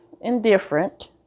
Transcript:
indifferent